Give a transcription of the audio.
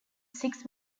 six